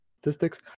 Statistics